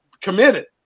committed